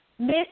Miss